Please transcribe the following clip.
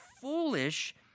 foolish